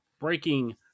breaking